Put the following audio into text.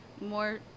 More